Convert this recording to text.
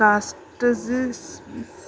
कास्टिज़िज़